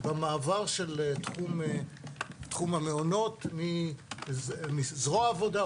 במעבר של תחום המעונות מזרוע העבודה,